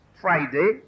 Friday